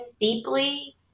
deeply